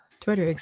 twitter